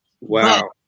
Wow